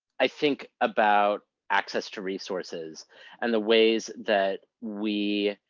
i think about access to resources and the ways that we,